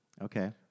Okay